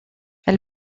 elle